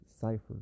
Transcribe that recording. cipher